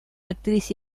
actriz